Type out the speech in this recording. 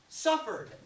Suffered